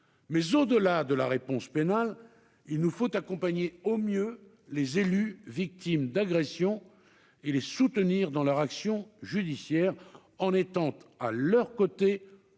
Au-delà de la réponse pénale, il nous faut accompagner au mieux les élus victimes d'agression et les soutenir dans leur action judiciaire, en étant à leurs côtés